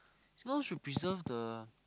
Singapore should preserve the